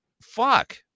fuck